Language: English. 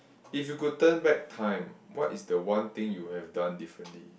if you could turn back time what is the one thing you would have done differently